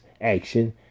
action